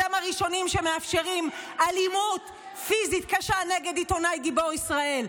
אתם הראשונים שמאפשרים אלימות פיזית קשה נגד עיתונאי גיבור ישראל.